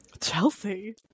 Chelsea